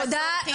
תודה.